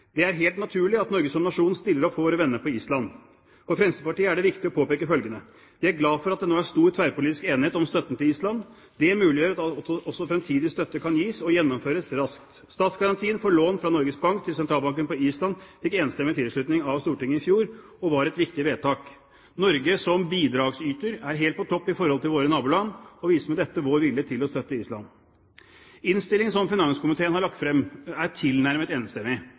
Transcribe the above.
Det er helt naturlig at Norge som nasjon stiller opp for våre venner på Island. For Fremskrittspartiet er det viktig å påpeke følgende: Vi er glad for at det nå er stor tverrpolitisk enighet om støtten til Island. Det muliggjør at også fremtidig støtte kan gis og gjennomføres raskt. Statsgarantien for lån fra Norges Bank til sentralbanken på Island fikk enstemmig tilslutning av Stortinget i fjor, og var et viktig vedtak. Norge som bidragsyter er helt på topp i forhold til våre naboland, og viser med dette vår vilje til å støtte Island. Innstillingen som finanskomiteen har lagt frem, er tilnærmet enstemmig,